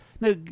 Now